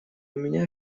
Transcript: меня